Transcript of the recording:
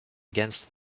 against